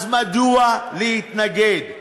אז מדוע להתנגד?